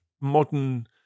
modern